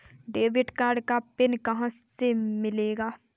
Debit card का PIN कहां से मिलेगा?